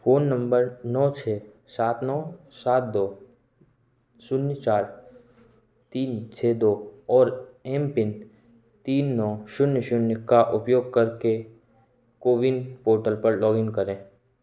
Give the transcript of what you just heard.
phone number नौ छः सात नौ सात दो शून्य चार तीन छः दो और एम पिन तीन नौ शून्य शून्य का उपयोग करके कोविन पोर्टल पर लॉग इन करें